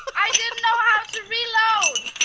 i didn't know how to reload